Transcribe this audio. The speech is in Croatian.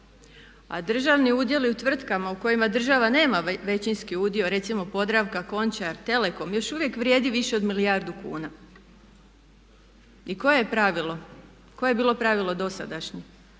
a državni udjeli u tvrtkama u kojima država nema većinski udio recimo Podravka, Končar, Telekom još uvijek vrijedi više od milijardu kuna. I koje je pravilo? Koje